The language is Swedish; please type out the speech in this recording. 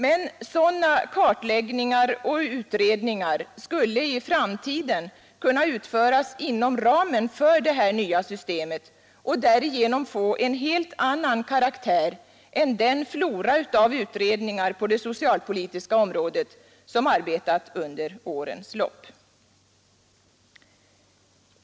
Men sådana kartläggningar och utredningar skulle i framtiden kunna utföras inom ramen för det nya systemet och därigenom få en helt annan karaktär än den flora av utredningar på det socialpolitiska området som arbetat under årens lopp.